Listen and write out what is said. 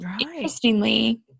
Interestingly